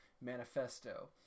Manifesto